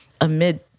amid